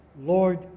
Lord